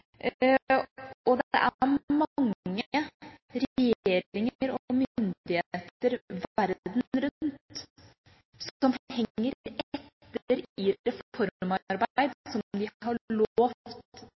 er mange regjeringer og myndigheter verden rundt som henger etter i